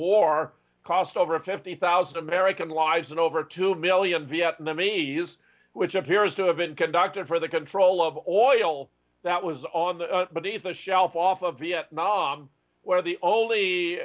war cost over fifty thousand american lives and over two million vietnamese which appears to have been conducted for the control of oil that was on but it's a shelf off of vietnam where the only